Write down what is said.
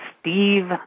Steve